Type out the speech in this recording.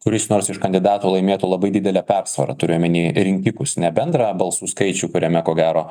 kuris nors iš kandidatų laimėtų labai didele persvara turiu omeny rinkikus ne bendrą balsų skaičių kuriame ko gero